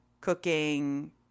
cooking